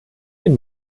den